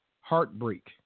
Heartbreak